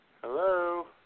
Hello